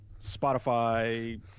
Spotify